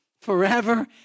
Forever